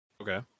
Okay